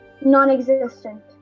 non-existent